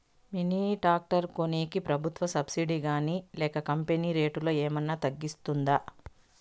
Mini tractor కొనేకి ప్రభుత్వ subsidy గాని లేక కంపెని రేటులో ఏమన్నా తగ్గిస్తుందా?